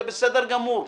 זה בסדר גמור.